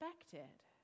expected